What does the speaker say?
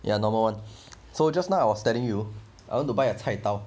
ya normal [one] so just now I was telling you I went to buy a 菜刀